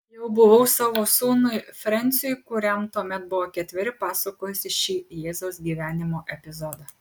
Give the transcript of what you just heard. jau buvau savo sūnui frensiui kuriam tuomet buvo ketveri pasakojusi šį jėzaus gyvenimo epizodą